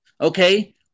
Okay